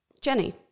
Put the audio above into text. Jenny